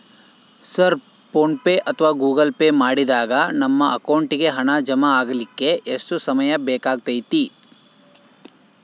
Sir PhonePe ಅಥವಾ Google Pay ಮಾಡಿದಾಗ ನಮ್ಮ ಅಕೌಂಟಿಗೆ ಹಣ ಜಮಾ ಆಗಲಿಕ್ಕೆ ಎಷ್ಟು ಸಮಯ ಬೇಕಾಗತೈತಿ?